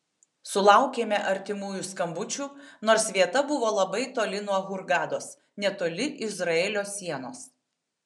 sulaukėme artimųjų skambučių nors vieta buvo labai toli nuo hurgados netoli izraelio sienos